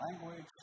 language